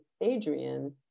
Adrian